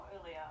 earlier